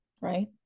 right